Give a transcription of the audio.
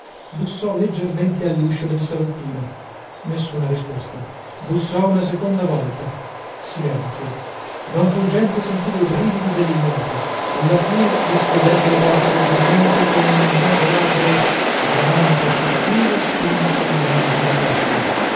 bussò leggermente all'uscio del salottino nessuna risposta bussò una seconda volta silenzio don fulgenzio sentiva i brividi dell'ignoto alla fine dischiudendo la porta leggermente come un ignoto ladro od un amante furtivo spinse innanzi la testa